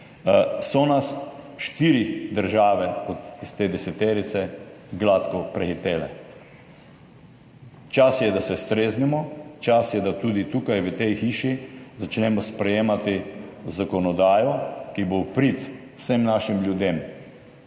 so nas štiri države iz te deseterice gladko prehitele. Čas je, da se streznimo. Čas je, da tudi tukaj v tej hiši začnemo sprejemati zakonodajo, ki bo v prid vsem našim ljudem.